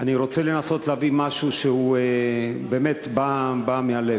אני רוצה לנסות להביא משהו שבאמת בא מהלב.